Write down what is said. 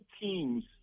teams